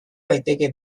daiteke